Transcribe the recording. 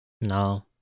No